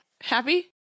Happy